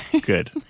Good